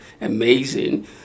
amazing